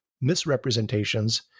misrepresentations